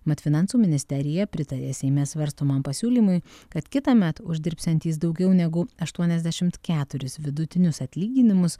mat finansų ministerija pritarė seime svarstomam pasiūlymui kad kitąmet uždirbsiantys daugiau negu aštuoniasdešimt keturis vidutinius atlyginimus